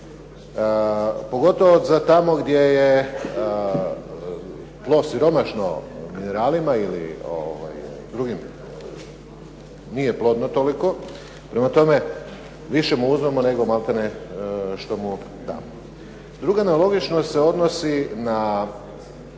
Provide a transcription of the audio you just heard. Pogotovo za tamo gdje je tlo siromašno mineralima, nije plodno toliko, prema tome više mu uzmemo malte ne nego što mu damo. Druga nelogičnost se odnosi na